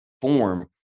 form